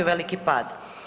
veliki pad.